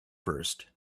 first